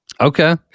Okay